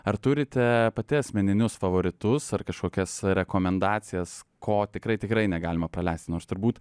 ar turite pati asmeninius favoritus ar kažkokias rekomendacijas ko tikrai tikrai negalima praleisti nors turbūt